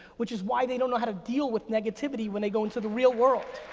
which is why they don't know how to deal with negativity when they go into the real world.